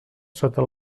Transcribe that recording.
sota